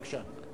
בבקשה.